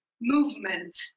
movement